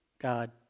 God